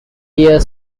year